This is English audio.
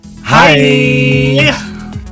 Hi